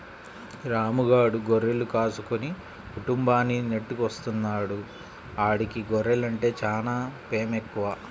రాము గాడు గొర్రెలు కాసుకుని కుటుంబాన్ని నెట్టుకొత్తన్నాడు, ఆడికి గొర్రెలంటే చానా పేమెక్కువ